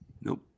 Nope